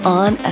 on